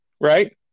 right